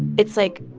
it's, like,